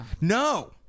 No